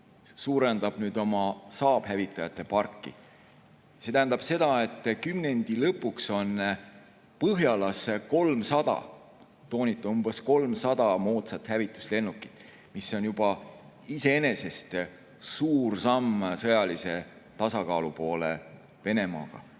suurendab nüüd oma Saab-hävitajate parki. See tähendab seda, et kümnendi lõpuks on Põhjalas 300, toonitan, umbes 300 moodsat hävituslennukit, mis on juba iseenesest suur samm sõjalise tasakaalu poole Venemaaga.